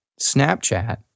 Snapchat